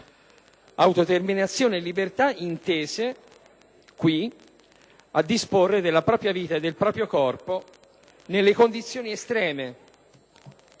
autodeterminazione e libertà è qui intesa a disporre della propria vita e del proprio corpo nelle condizioni estreme;